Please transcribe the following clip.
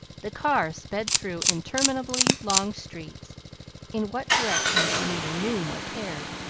the car sped through interminably long streets in what direction she neither knew nor cared.